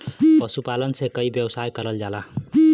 पशुपालन से कई व्यवसाय करल जाला